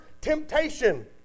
temptation